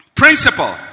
Principle